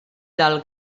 del